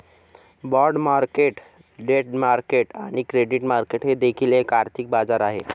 bond market debt market किंवा credit market हे देखील एक आर्थिक बाजार आहे